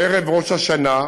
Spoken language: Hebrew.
בערב ראש השנה,